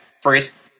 first